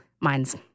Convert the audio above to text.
mine's